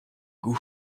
goût